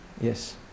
Yes